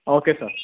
okay sir